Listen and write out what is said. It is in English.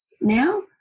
now